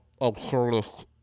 absurdist